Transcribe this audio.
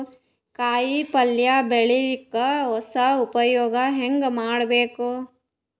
ಕಾಯಿ ಪಲ್ಯ ಬೆಳಿಯಕ ಹೊಸ ಉಪಯೊಗ ಹೆಂಗ ಮಾಡಬೇಕು?